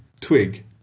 twig